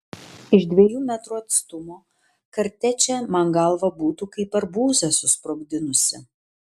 iš dviejų metrų atstumo kartečė man galvą būtų kaip arbūzą susprogdinusi